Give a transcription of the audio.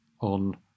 on